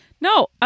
No